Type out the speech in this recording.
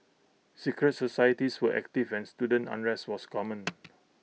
secret societies were active and student unrest was common